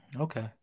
Okay